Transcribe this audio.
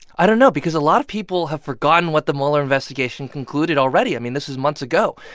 i don't know because a lot of people have forgotten what the mueller investigation concluded already. i mean, this is months ago.